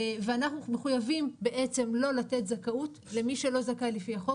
ואנחנו מחויבים בעצם לא לתת זכאות למי שלא זכאי לפי החוק